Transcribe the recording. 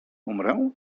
umrę